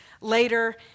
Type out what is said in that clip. later